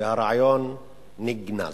והרעיון נגנז.